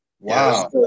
Wow